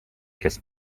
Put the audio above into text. kes